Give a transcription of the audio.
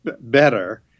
better